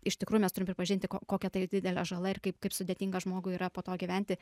iš tikrųjų mes turim pripažinti ko kokia tai didelė žala ir kaip kaip sudėtinga žmogui yra po to gyventi